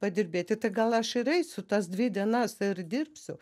padirbėti tai gal aš ir eisiu tas dvi dienas ir dirbsiu